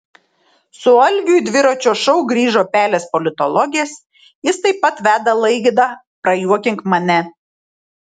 su algiu į dviračio šou grįžo pelės politologės jis taip pat veda laidą prajuokink mane